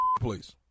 please